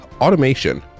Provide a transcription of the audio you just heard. automation